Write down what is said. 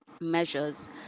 measures